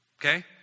Okay